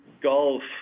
golf